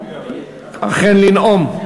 אכן לנאום.